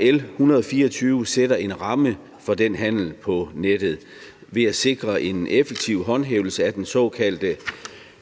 L 124 sætter en ramme for den handel på nettet ved at sikre en effektiv håndhævelse af den såkaldte